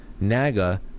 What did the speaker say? NAGA